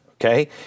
okay